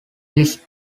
his